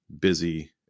busy